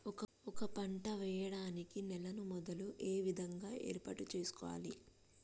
ఒక పంట వెయ్యడానికి నేలను మొదలు ఏ విధంగా ఏర్పాటు చేసుకోవాలి?